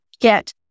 get